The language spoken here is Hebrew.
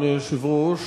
אדוני היושב-ראש,